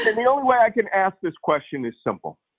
the only way i can ask this question is simple.